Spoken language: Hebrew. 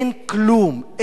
אין כלום,